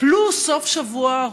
פלוס סוף שבוע ארוך,